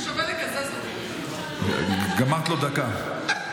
גמרת לו דקה.